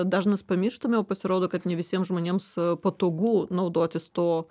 dažnas pamirštame o pasirodo kad ne visiems žmonėms patogu naudotis tuo